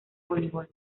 voleibol